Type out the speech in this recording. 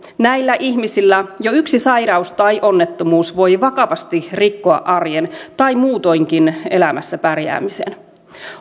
näillä ihmisillä jo yksi sairaus tai onnettomuus voi vakavasti rikkoa arjen tai muutoinkin elämässä pärjäämisen